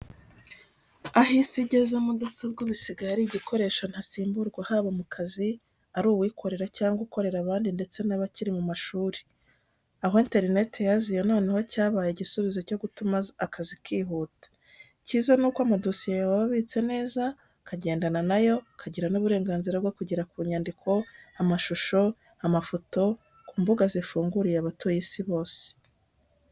Aho isi igeze, mudasobwa ubu isigaye ari igikoresho ntasimburwa haba mu kazi, ari uwikorera cyangwa ukorera abandi ndetse n'abakiri mu mashuri. Aho interneti yaziye noneho cyabaye igisubizo cyo gutuma akazi kihuta. Icyiza nuko amadosiye yawe aba abitse neza ukagendana na yo, ukagira n'uburenganzira bwo kugera ku nyandiko, amashusho, amafoto ku mbuga zifunguriye abatuye isi bose.